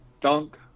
dunk